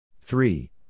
three